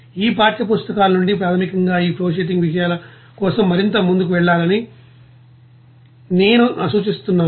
ఈ పాఠ్యపుస్తకాల నుండి ప్రాథమికంగా ఈ ఫ్లోషీటింగ్ విషయాల కోసం మరింత ముందుకు వెళ్లాలని నేను సూచిస్తున్నాను